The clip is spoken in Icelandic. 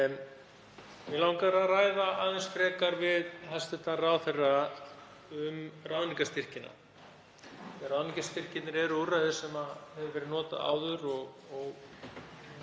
En mig langar að ræða aðeins frekar við hæstv. ráðherra um ráðningarstyrkina. Ráðningarstyrkirnir eru úrræði sem hefur verið notað áður. Ég